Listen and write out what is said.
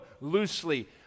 loosely